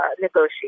negotiate